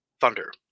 Thunder